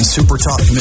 Supertalk